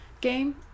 game